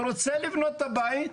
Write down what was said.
ורוצה לבנות את הבית,